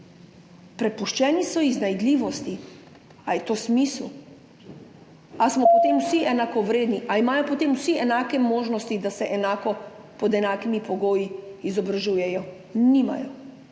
prepuščeni so iznajdljivosti. Ali je to smisel? Ali smo potem vsi enakovredni? Ali imajo potem vsi enake možnosti, da se enako, pod enakimi pogoji izobražujejo? Nimajo.